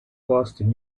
boston